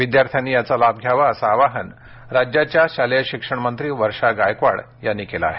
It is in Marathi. विद्यार्थ्यानी याचा लाभ घ्यावा अस आवाहन राज्याच्या शालेय शिक्षणमंत्री वर्षा गायकवाड यांनी केलं आहे